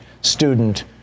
student